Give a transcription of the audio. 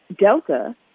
Delta